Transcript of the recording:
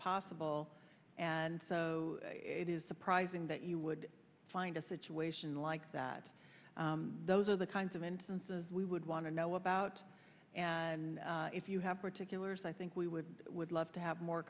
possible and so it is surprising that you would find a situation like that those are the kinds of instances we would want to know about and if you have particulars i think we would would love to have more